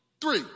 three